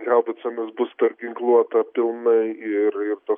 haubicomis bus perginkluota pilnai ir ir to